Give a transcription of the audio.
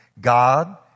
God